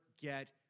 get